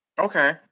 Okay